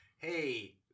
hey